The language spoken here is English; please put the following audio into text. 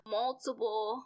multiple